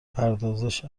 پردازش